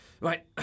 Right